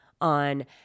on